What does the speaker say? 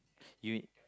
you need